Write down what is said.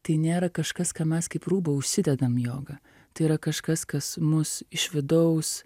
tai nėra kažkas ką mes kaip rūbą užsidedam joga tai yra kažkas kas mus iš vidaus